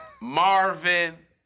Marvin